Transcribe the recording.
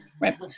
right